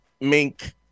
mink